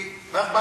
מיקי, אתה מתנגד?